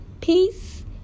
peace